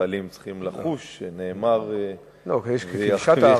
כמתנחלים צריכים לחוש, שנאמר: וירשת ונחלת אותה.